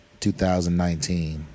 2019